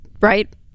right